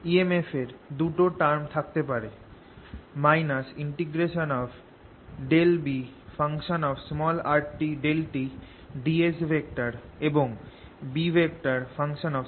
emf এর দুটো term থাকতে পারেঃ - ∂Brt∂tds এবং Bddtds